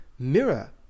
mirror